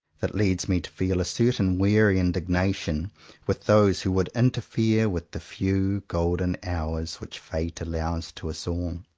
that leads me to feel a certain weary indignation with those who would interfere with the few golden hours which fate allows to us all.